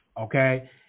okay